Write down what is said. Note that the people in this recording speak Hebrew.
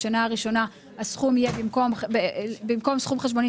בשנה הראשונה הסכום יהיה במקום סכום חשבונית